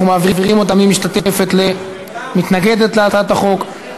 אנחנו מעבירים אותה ממשתתפת למתנגדת להצעת החוק,